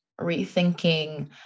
rethinking